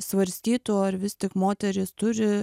svarstytų ar vis tik moteris turi